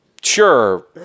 Sure